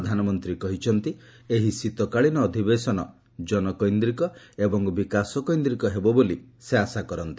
ପ୍ରଧାନମନ୍ତ୍ରୀ କହିଛନ୍ତି ଏହି ଶୀତକାଳୀନ ଅଧିବେଶନ ଜନକୈନ୍ଦ୍ରିକ ଏବଂ ବିକାଶକେନ୍ଦ୍ରିକ ହେବ ବୋଲି ସେ ଆଶା କରନ୍ତି